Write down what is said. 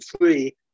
free